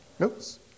Oops